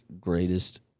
greatest